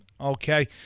Okay